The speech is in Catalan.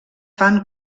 fan